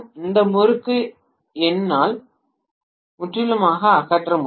இந்த முறுக்கு என்னால் முற்றிலுமாக அகற்ற முடியும்